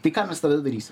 tai ką mes tada darysim